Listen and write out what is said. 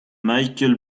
michael